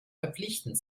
verpflichtend